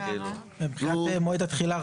מבחינת מועד התחילה,